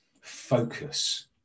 focus